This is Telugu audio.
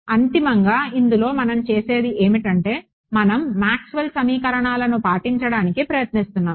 అంతిమంగా ఇందులో మనం చేసేది ఏమిటంటే మనం మాక్స్వెల్ సమీకరణాలను పాటించడానికి ప్రయత్నిస్తున్నాము